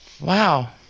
Wow